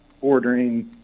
ordering